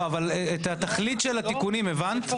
אבל את תכלית התיקונים הבנת?